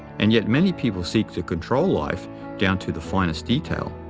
and yet many people seek to control life down to the finest detail,